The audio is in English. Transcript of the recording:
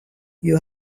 you